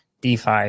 DeFi